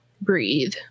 breathe